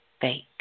fake